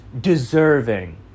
deserving